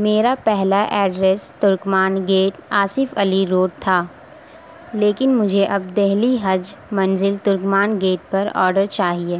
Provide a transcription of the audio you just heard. میرا پہلا address Turkman gate Asaf Ali road تھا لیکن مجھے اب دہلی حج منزل ترکمان گیٹ پر آڈر چاہیے